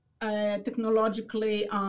technologically